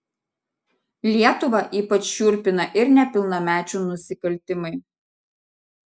lietuvą ypač šiurpina ir nepilnamečių nusikaltimai